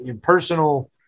personal